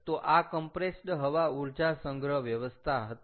તો આ કમ્પ્રેસ્ડ હવા ઊર્જા સંગ્રહ વ્યવસ્થા હતી